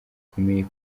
bikomeye